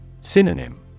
Synonym